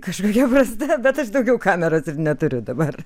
kažkokia prasme bet aš daugiau kamerų neturiu dabar